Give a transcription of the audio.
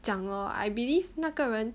讲 loh I believe 那个人